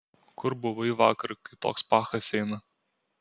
kur buvai vakar kai toks pachas eina